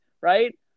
right